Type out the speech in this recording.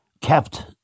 kept